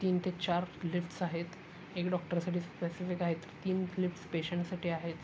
तीन ते चार लिफ्ट्स आहेत एक डॉक्टरसाठी स्पेसिफिक आहेत तीन लिफ्ट्स पेशंटसाठी आहेत